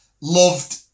Loved